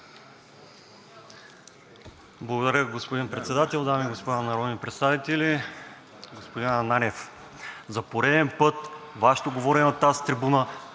Благодаря, господин Председател. Дами и господа народни представители! Господин Ананиев, за пореден път Вашето говорене на тази трибуна